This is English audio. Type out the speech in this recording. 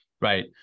right